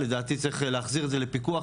לדעתי צריך להחזיר את זה לפיקוח,